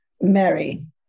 Mary